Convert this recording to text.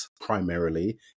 primarily